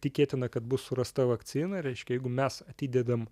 tikėtina kad bus surasta vakcina reiškia jeigu mes atidedam